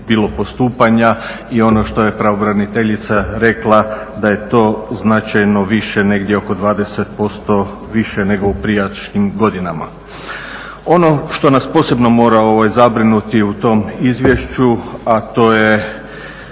bilo postupanja i ono što je pravobraniteljica rekla, da je to značajno više, negdje oko 20% više nego u prijašnjim godinama. Ono što nas posebno mora zabrinuti u tom izvješću, a to je